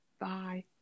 Bye